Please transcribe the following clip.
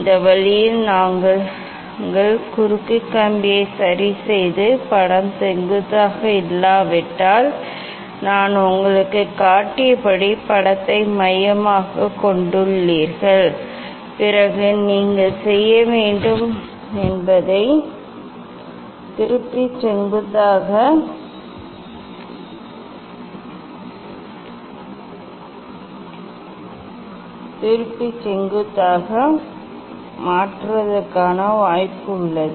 இந்த வழியில் நாங்கள் குறுக்கு கம்பியை சரிசெய்து படம் செங்குத்தாக இல்லாவிட்டால் நான் உங்களுக்குக் காட்டியபடி படத்தை மையமாகக் கொண்டுள்ளீர்கள் பிறகு நீங்கள் செய்ய வேண்டும் நீங்கள் பிளவுகளைத் திருப்பி செங்குத்தாக மாற்ற வேண்டும் அதன் சொந்த விமானத்தில் பிளவுகளை மாற்றுவதற்கான வாய்ப்பு உள்ளது